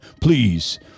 Please